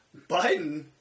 Biden